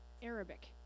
Arabic